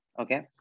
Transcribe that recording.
okay